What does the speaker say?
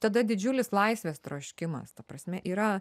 tada didžiulis laisvės troškimas ta prasme yra